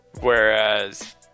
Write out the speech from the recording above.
Whereas